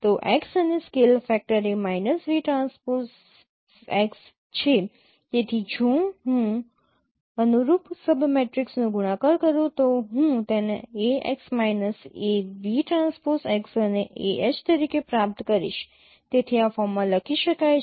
તો x અને scale factor A minus v transpose x છે તેથી જો હું અનુરૂપ સબમેટ્રીક્સનો ગુણાકાર કરું તો હું તેને Ax minus A v transpose x અને ah તરીકે પ્રાપ્ત કરીશ તેથી આ ફોર્મમાં લખી શકાય છે